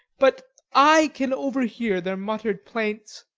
but i can overhear their muttered plaints,